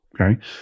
Okay